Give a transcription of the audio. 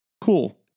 cool